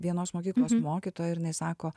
vienos mokyklos mokytoja ir jinai sako